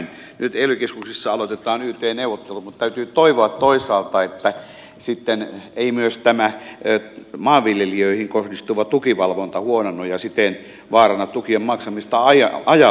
nyt ely keskuksissa aloitetaan yt neuvottelut mutta täytyy toivoa toisaalta että sitten ei myös tämä maanviljelijöihin kohdistuva tukivalvonta huononnu ja siten vaaranna tukien maksamista ajallaan